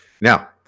now